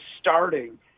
starting